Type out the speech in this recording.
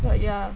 but ya